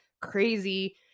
crazy